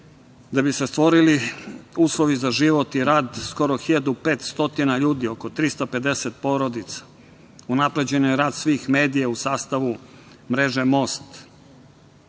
da bi se stvorili uslovi za život i rad skoro 1500 ljudi oko 350 porodica, unapređen je rad svih medija u sastavu Mreže Most. Danas